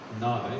No